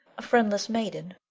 a friendless maiden?